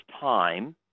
time